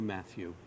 Matthew